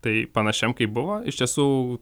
tai panašiam kaip buvo iš tiesų